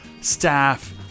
staff